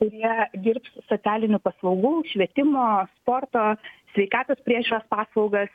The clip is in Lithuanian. kurie dirbs socialinių paslaugų švietimo sporto sveikatos priežiūros paslaugas